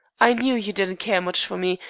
i knew you didn't care much for me,